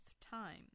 time